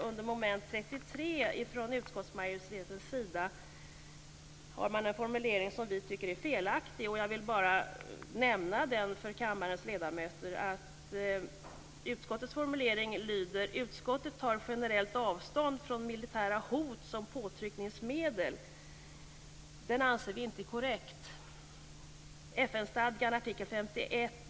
Under mom. 33 påpekar vi att man från utskottsmajoriteten sida har en formulering som vi tycker är felaktig. Jag vill bara nämna detta för kammarens ledamöter. Vi skriver: "Utskottets formulering 'Utskottet tar generellt avstånd från militära hot som påtryckningsmedel' är inte korrekt. FN-stadgan (art.